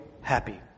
happy